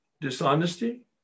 Dishonesty